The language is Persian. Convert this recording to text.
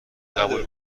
قبول